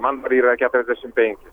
man yra keturiasdešim penki